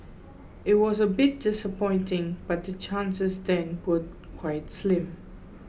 it was a bit disappointing but the chances then were quite slim